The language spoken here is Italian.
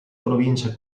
province